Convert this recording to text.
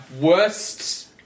worst